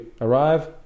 arrive